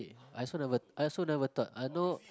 I also never I also never thought I know